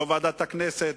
לא בוועדת הכנסת,